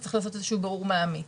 וצריך לעשות איזה שהוא בירור מעמיק.